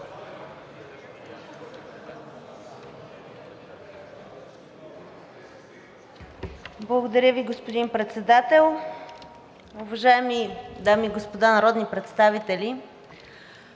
Благодаря Ви, господин Председател. Уважаеми дами и господа народни представители,